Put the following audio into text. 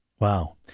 Wow